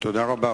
תודה רבה.